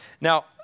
Now